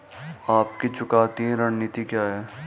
आपकी चुकौती रणनीति क्या है?